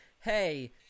hey